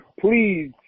please